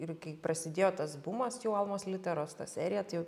ir kai prasidėjo tas bumas jau almos literos ta serija tai